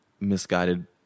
misguided